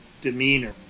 demeanor